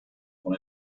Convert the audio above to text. con